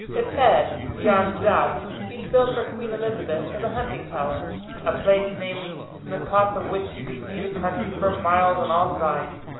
it had, beyond doubt, been built for queen elizabeth as a hunting tower a place, namely, from the top of which you could see the country for miles on all sides,